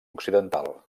occidental